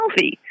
selfie